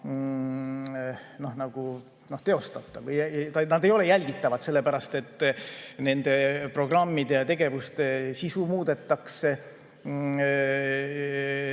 et nad ei ole jälgitavad, sellepärast et nende programmide ja tegevuste sisu muudetakse.